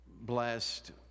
blessed